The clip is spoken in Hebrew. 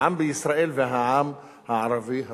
העם בישראל והעם הערבי הפלסטיני.